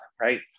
Right